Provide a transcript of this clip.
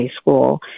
school